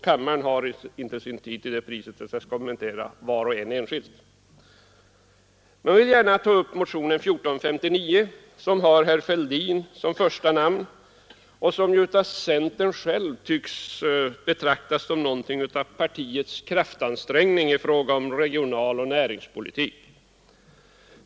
Kammaren har inte sin tid till det priset att jag kan kommentera varje motion för sig. Jag vill gärna ta upp motionen 1459 av herr Fälldin m.fl. Den tycks av centerpartiet självt betraktas som något av partiets kraftansträngning i fråga om regionaloch näringspolitik.